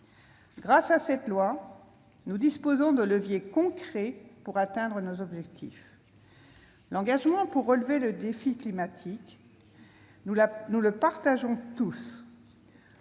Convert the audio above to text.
Grâce à ce texte, nous disposons de leviers concrets pour atteindre nos objectifs. L'engagement pour relever le défi climatique, nous le partageons tous.